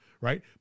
right